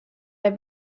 der